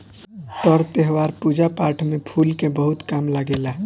तर त्यौहार, पूजा पाठ में फूल के बहुत काम लागेला